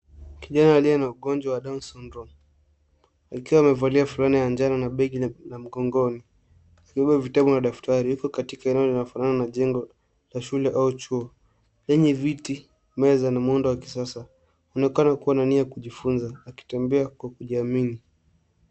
Kijana aliye na ugonjwa wa Down Syndrome . Akiwa amevalia fulana ya njano na begi mgongoni akibeba vitabu na daftari. Ako katika eneo linalofanana na jengo la shule au chuo lenye viti meza na muuundo wa kisasa .Anaonekana kuwa na nia ya kujifunza akitembea kwa kujiamini.